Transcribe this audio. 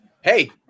Hey